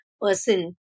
person